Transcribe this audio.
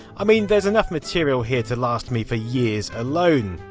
i mean, there's enough material here to last me for years alone.